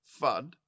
FUD